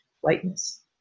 whiteness